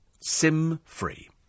Sim-free